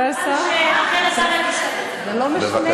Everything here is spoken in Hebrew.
נראה לי שרחל עזריה, לא היה שר?